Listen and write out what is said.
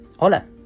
Hola